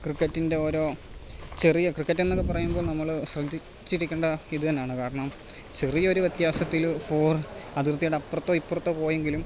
ക്രിക്കറ്റിൻ്റെ ഓരോ ചെറിയ ക്രിക്കറ്റ് എന്നൊക്കെ പറയുമ്പോൾ നമ്മള് ശ്രദ്ധിച്ചിരിക്കേണ്ട ഇതുതന്നാണ് കാരണം ചെറിയൊരു വ്യത്യാസത്തില് ഫോർ അതിർത്തിയുടെ അപ്പുറത്തോ ഇപ്പുറത്തോ പോയെങ്കിലും